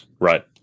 right